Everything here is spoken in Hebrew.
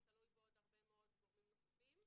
זה תלוי בעוד הרבה מאוד גורמים נוספים.